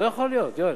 לא יכול להיות, יואל.